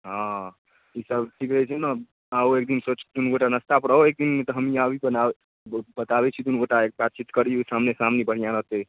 हँ ईसब कि कहै छी ने आउ एकदिन सोच तीनूगोटा नाश्तापर आउ एकदिन तऽ हम ई बना बताबै छी दुनूगोटा बातचीत करी आमने सामने बढ़िआँ रहतै